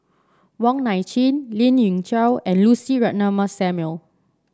Wong Nai Chin Lien Ying Chow and Lucy Ratnammah Samuel